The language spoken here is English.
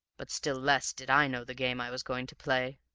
but still less did i know the game i was going to play.